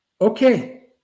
okay